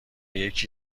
یکی